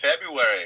February